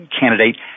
candidate